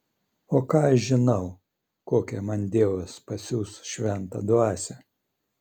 o ką aš žinau kokią man dievas pasiųs šventą dvasią